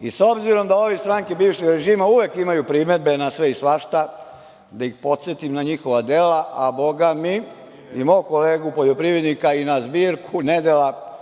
i s obzirom da ove stranke bivšeg režima uvek imaju primedbe na sve i svašta, da ih podsetim na njihova dela, a Bogami i mog kolegu poljoprivrednika i na zbirku nedela